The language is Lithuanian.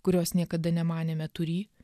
kurios niekada nemanėme turį